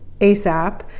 ASAP